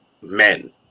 men